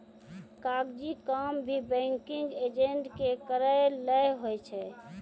कागजी काम भी बैंकिंग एजेंट के करय लै होय छै